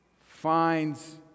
finds